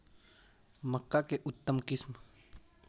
मक्का के उतम किस्म?